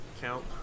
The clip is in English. count